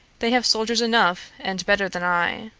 they have soldiers enough and better than i.